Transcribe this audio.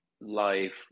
life